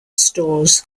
stores